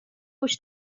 گوش